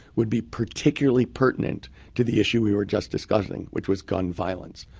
would be particularly pertinent to the issue we were just discussing, which was gun violence.